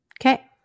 Okay